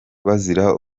bazira